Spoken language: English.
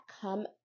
come